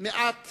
מעט